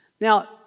Now